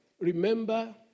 remember